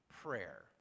prayer